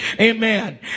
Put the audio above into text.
amen